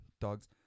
Dogs